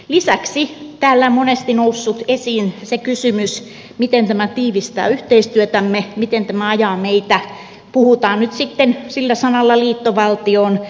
lisäksi täällä on monesti noussut esiin se kysymys miten tämä tiivistää yhteistyötämme miten tämä ajaa meitä puhutaan nyt sitten sillä sanalla liittovaltioon